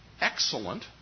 excellent